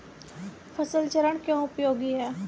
फसल चरण क्यों उपयोगी है?